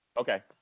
Okay